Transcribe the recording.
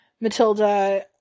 Matilda